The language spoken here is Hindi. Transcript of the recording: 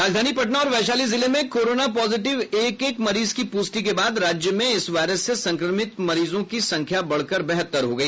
राजधानी पटना और वैशाली जिले में कोरोना पॉजिटिव एक एक मरीज की प्रष्टि के बाद राज्य में इस वायरस से संक्रमित मरीजों की संख्या बढ़कर बहत्तर हो गई